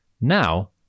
Now